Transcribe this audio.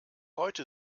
heute